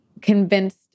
convinced